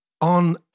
on